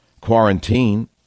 quarantine